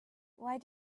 why